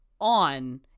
on